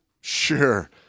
sure